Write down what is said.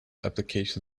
application